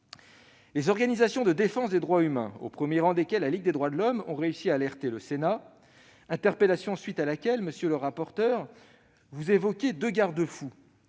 Les organisations de défense des droits humains, au premier rang desquelles la Ligue des droits de l'homme, ont réussi à alerter le Sénat. À la suite de cette interpellation, monsieur le rapporteur, vous évoquez deux garde-fous,